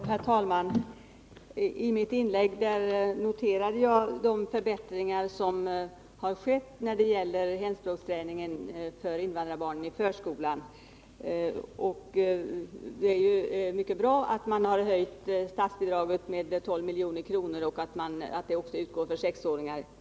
Herr talman! I mitt inlägg noterade jag de förbättringar som har skett när det gäller hemspråksträningen för invandrarbarnen i förskolan. Det är mycket bra att man har höjt statsbidraget med 12 milj.kr. och att det utgår också för femåringar.